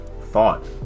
thought